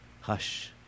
hush